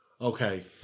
Okay